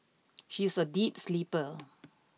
she is a deep sleeper